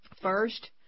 first